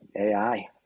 AI